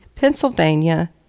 Pennsylvania